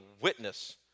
witness